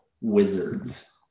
Wizards